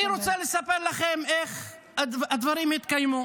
אני רוצה לספר לכם איך הדברים התקיימו.